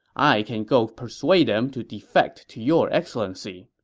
i can go persuade them to defect to your excellency.